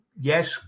Yes